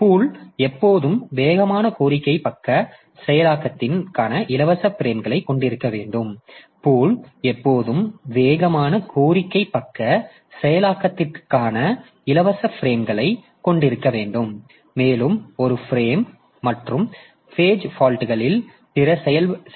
pool எப்போதும் வேகமான கோரிக்கை பக்க செயலாக்கத்திற்கான இலவச பிரேம்களைக் கொண்டிருக்க வேண்டும் மேலும் ஒரு ஃபிரேம் மற்றும் பேஜ் ஃபால்ட்களில் பிற